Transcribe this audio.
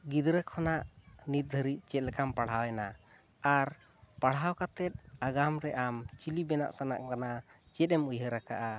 ᱜᱤᱫᱽᱨᱟᱹ ᱠᱷᱚᱱᱟᱜ ᱱᱤᱛ ᱫᱷᱟᱹᱨᱤᱡ ᱪᱮᱫᱞᱮᱠᱟᱢ ᱯᱟᱲᱦᱟᱣᱮᱱᱟ ᱟᱨ ᱯᱟᱲᱦᱟᱣ ᱠᱟᱛᱮᱫ ᱟᱜᱟᱢᱨᱮ ᱟᱢ ᱪᱤᱞᱤ ᱵᱮᱱᱟᱜ ᱥᱟᱱᱟᱢ ᱠᱟᱱᱟ ᱪᱮᱫ ᱮᱢ ᱩᱭᱦᱟᱹᱨ ᱟᱠᱟᱫᱼᱟ